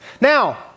Now